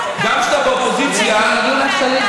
אתה גם לא רוצה שיעלו כאן,